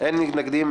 אין מתנגדים.